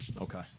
Okay